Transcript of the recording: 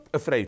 afraid